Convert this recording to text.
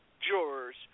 jurors